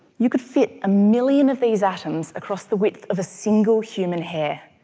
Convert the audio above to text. you could fit a million of these atoms across the width of a single human hair,